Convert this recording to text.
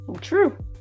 True